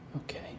Okay